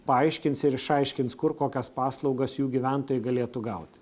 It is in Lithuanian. paaiškins ir išaiškins kur kokias paslaugas jų gyventojai galėtų gauti